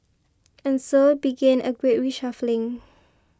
and so began a great reshuffling